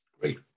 Great